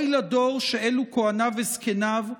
אוי לדור שאלו כוהניו וזקניו.